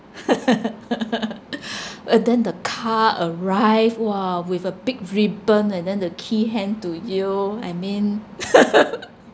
and then the car arrive !wah! with a big ribbon and then the key hand to you I mean